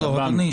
לא.